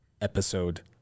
episode